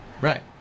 Right